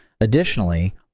Additionally